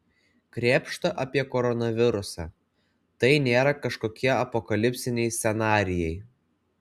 krėpšta apie koronavirusą tai nėra kažkokie apokalipsiniai scenarijai